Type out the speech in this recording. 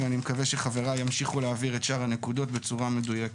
אני מקווה שחבריי ימשיכו את שאר הנקודות בצורה מדויקת.